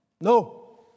No